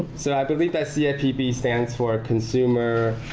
so i believe that cfpb stands for consumer